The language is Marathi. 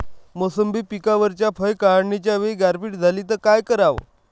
मोसंबी पिकावरच्या फळं काढनीच्या वेळी गारपीट झाली त काय कराव?